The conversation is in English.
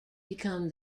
become